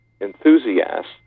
enthusiasts